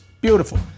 Beautiful